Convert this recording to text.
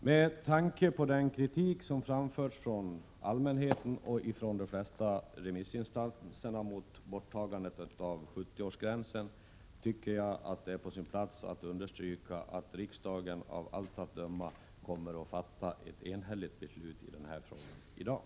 Med tanke på den kritik som framförts från allmänheten och från de flesta remissinstanserna mot borttagandet av 70-årsgränsen tycker jag att det är på sin plats att understryka att riksdagen av allt att döma i dag kommer att fatta ett enhälligt beslut i denna fråga.